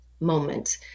moment